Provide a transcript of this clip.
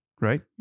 right